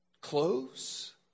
clothes